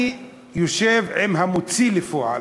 אני יושב עם המוציא לפועל,